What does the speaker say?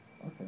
okay